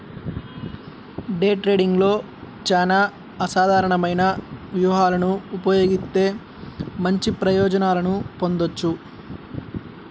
day ట్రేడింగ్లో చానా అసాధారణమైన వ్యూహాలను ఉపయోగిత్తే మంచి ప్రయోజనాలను పొందొచ్చు